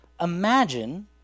imagine